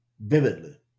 vividly